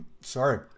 sorry